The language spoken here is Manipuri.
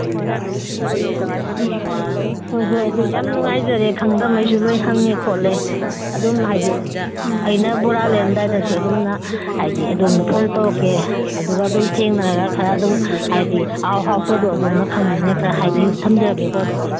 ꯑꯣ ꯍꯣꯏ ꯍꯣꯏ ꯑꯗꯨ ꯌꯥꯝ ꯅꯨꯡꯉꯥꯏꯖꯔꯦ ꯈꯪꯗꯕꯉꯩꯁꯨ ꯂꯣꯏꯅ ꯍꯪꯉꯦ ꯈꯣꯠꯂꯦ ꯑꯗꯨꯝ ꯍꯥꯏꯗꯤ ꯑꯩꯅ ꯕꯣꯔꯥ ꯂꯩꯔꯝꯗꯥꯏꯗꯁꯨ ꯑꯗꯨꯝꯅ ꯍꯥꯏꯕꯗꯤ ꯑꯗꯣꯝꯗ ꯐꯣꯟ ꯇꯧꯔꯛꯀꯦ ꯑꯗꯨꯒ ꯑꯗꯨꯝ ꯊꯦꯡꯅꯔꯒ ꯈꯔ ꯑꯗꯨꯝ ꯍꯥꯏꯕꯗꯤ ꯑꯍꯥꯎ ꯍꯥꯎꯇꯕꯗꯣ ꯑꯗꯣꯝꯅ ꯈꯪꯕꯅꯤꯅ ꯈꯔ ꯍꯥꯏꯕꯤꯌꯨ ꯊꯝꯖꯔꯒꯦꯀꯣ ꯑꯗꯨꯗꯤ